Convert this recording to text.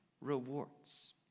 rewards